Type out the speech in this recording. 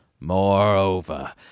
Moreover